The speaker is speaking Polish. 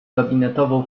gabinetową